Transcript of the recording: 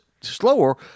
slower